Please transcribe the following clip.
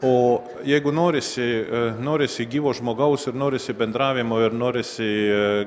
o jeigu norisi norisi gyvo žmogaus ir norisi bendravimo ir norisi